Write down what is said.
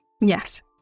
Yes